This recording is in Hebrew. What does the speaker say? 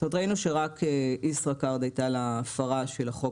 ראינו שרק לישראכרט הייתה הפרה של החוק